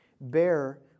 Bear